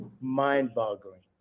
mind-boggling